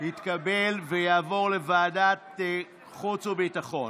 התקבל ויעבור לוועדת חוץ וביטחון.